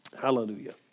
Hallelujah